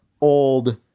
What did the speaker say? old